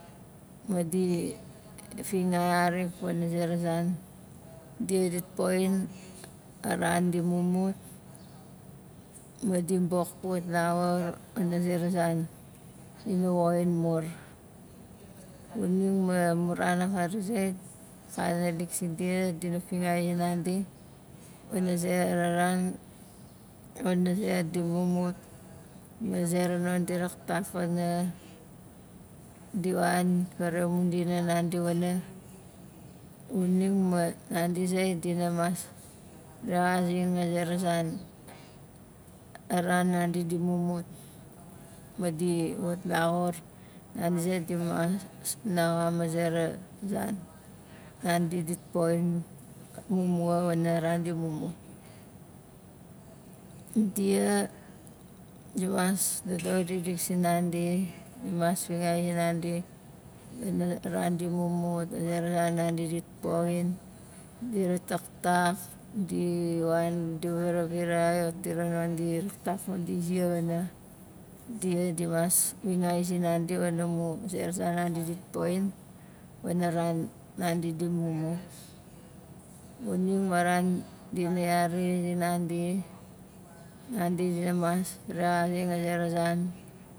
Madi fingai xarik wana zera zan dia dit poxin a ran di mumut ma di bok puat laxur wana zera zan dina woxin mur xuning ma mu ran akari zait akanalik sindia dina fingai zinandi wana zera ran wana ze di mumut ma zera non di raktak wana di wan fara mu dina nandi wana xuning ma nandi zait dina mas rexazing a zera zan a ran nandi di mumut madi wat laxur nandi zait dimas sa- naxam a zera zan nandi dit poxin mumua wana a ran di mumut dia dimas dodor dikdik sinandi dimas fingai zinandi wana ran di mumut a zera zan nandi dit poxin, di rataktak, di wan di varavirai tira non di raktak ma di ziar wana dia dimas wingai zinandi wana mu zera zan nandi dit poxin wana ran nandi di mumut xuning ma ran dina yari zinandi nandi dina mas rexazing a zera zan